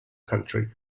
country